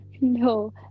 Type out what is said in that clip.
No